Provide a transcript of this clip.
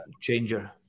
changer